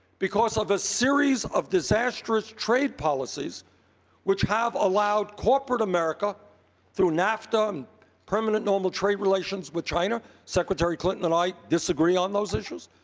because of a series of disastrous trade policies which have allowed corporate america through nafta and um permanent normal trade relations with china, secretary clinton and i disagree on those issues.